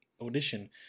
audition